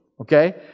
Okay